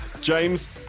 James